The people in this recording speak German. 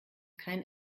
kein